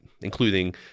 including